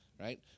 right